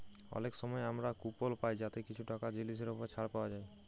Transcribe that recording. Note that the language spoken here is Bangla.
অলেক সময় আমরা কুপল পায় যাতে কিছু টাকা জিলিসের উপর ছাড় পাউয়া যায়